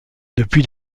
depuis